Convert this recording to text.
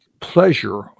pleasure